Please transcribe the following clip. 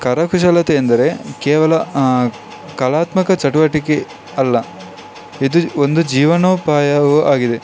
ಕರಕುಶಲತೆ ಎಂದರೆ ಕೇವಲ ಕಲಾತ್ಮಕ ಚಟುವಟಿಕೆ ಅಲ್ಲ ಇದು ಒಂದು ಜೀವನೋಪಾಯವು ಆಗಿದೆ